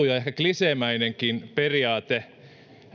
ja ehkä kliseemäinenkin periaate